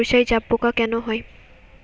সর্ষায় জাবপোকা কেন হয়?